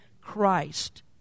Christ